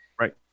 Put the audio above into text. Right